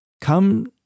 come